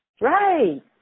Right